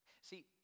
See